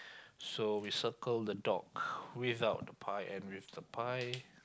so we circle the dog without the pie and with the pie